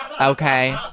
Okay